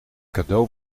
cadeau